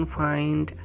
find